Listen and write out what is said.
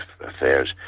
affairs